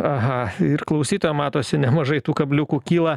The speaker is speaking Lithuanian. aha ir klausytam matosi nemažai tų kabliukų kyla